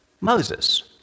Moses